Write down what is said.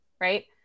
Right